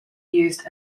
used